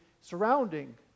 surrounding